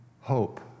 hope